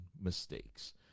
mistakes